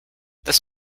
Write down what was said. this